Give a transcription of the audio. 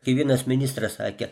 kaip vienas ministras sakė